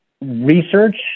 research